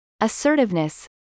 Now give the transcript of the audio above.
assertiveness